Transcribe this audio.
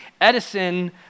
Edison